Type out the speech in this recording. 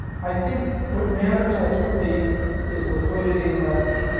i think what matters ultimately is liquidity and leverage.